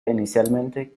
inicialmente